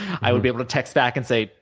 i would be able to text back and say,